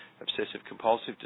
obsessive-compulsive